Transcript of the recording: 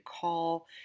call